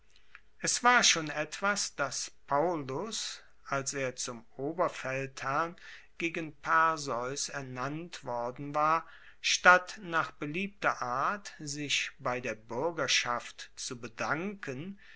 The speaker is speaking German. es war schon etwas dass paullus als er zum oberfeldherrn gegen perseus ernannt worden war statt nach beliebter art sich bei der buergerschaft zu bedanken